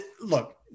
look